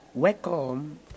Welcome